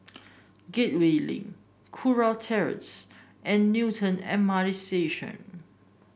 Gateway Link Kurau Terrace and Newton M R T Station